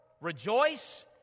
rejoice